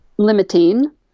limiting